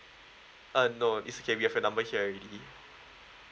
uh no it's okay we have your number here already